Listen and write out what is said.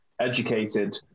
educated